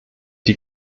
die